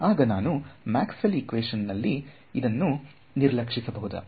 ಆಗ ನಾನು Maxwell equation ನಲ್ಲಿ ಇದನ್ನು ನಿರ್ಲಕ್ಷಿಸಬಹುದಾದ